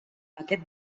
aquest